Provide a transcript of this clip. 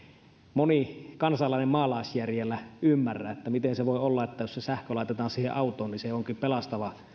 moni kansalainen maalaisjärjellä ymmärrä miten voi olla että jos se sähkö laitetaan siihen autoon niin se onkin pelastava